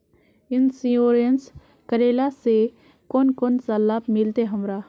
Insurance करेला से कोन कोन सा लाभ मिलते हमरा?